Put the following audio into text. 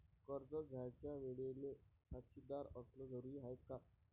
कर्ज घ्यायच्या वेळेले साक्षीदार असनं जरुरीच हाय का?